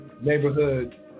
neighborhood